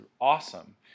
awesome